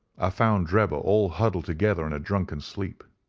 ah found drebber all huddled together in a drunken sleep.